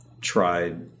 tried